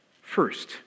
First